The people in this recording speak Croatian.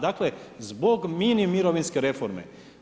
Dakle, zbog mini mirovinske reforme.